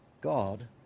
God